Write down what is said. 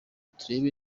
turebe